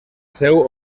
seu